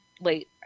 late